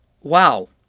Wow